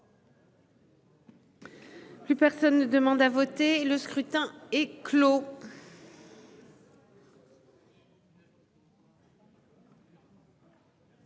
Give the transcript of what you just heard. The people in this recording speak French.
Plus personne ne demande à voter, le scrutin est clos.